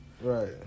Right